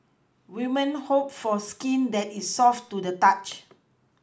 women hope for skin that is soft to the touch